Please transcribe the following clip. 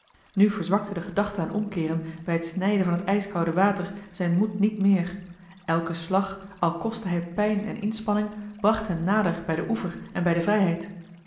nu verzwakte de gedachte aan omkeeren bij het snijden van het ijskoude water zijn moed niet meer elke slag al kostte hij pijn en inspanning bracht hem nader bij den oever en bij de vrijheid